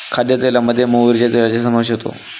खाद्यतेलामध्ये मोहरीच्या तेलाचा समावेश होतो